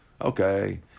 Okay